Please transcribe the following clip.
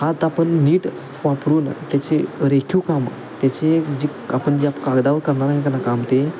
हात आपण नीट वापरून त्याचे रेखीव कामं त्याचे जे आपण ज्या कागदावर करणार आहे ज्याला काम ते